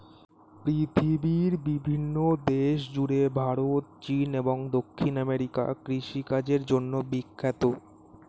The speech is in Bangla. পৃথিবীর বিভিন্ন দেশ জুড়ে ভারত, চীন এবং দক্ষিণ আমেরিকা কৃষিকাজের জন্যে বিখ্যাত